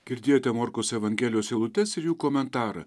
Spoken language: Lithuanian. girdėjote morkaus evangelijos eilutes ir jų komentarą